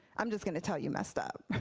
i'm just going to tell you messed up.